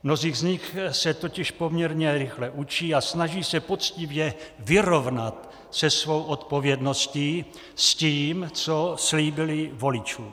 Mnozí z nich se totiž poměrně rychle učí a snaží se poctivě vyrovnat se svou odpovědností, s tím, co slíbili voličům.